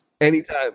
Anytime